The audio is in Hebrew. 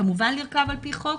כמובן לרכב על פי חוק.